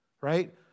right